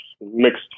mixed